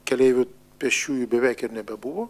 keleivių pėsčiųjų beveik ir nebebuvo